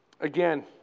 Again